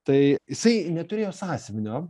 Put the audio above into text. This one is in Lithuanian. tai jisai neturėjo sąsiuvinio